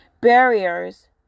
barriers